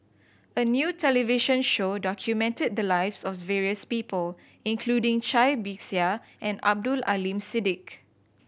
a new television show documented the lives of various people including Cai Bixia and Abdul Aleem Siddique